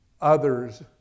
others